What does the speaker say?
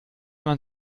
man